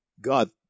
God